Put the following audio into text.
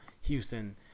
Houston